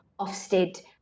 Ofsted